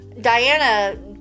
Diana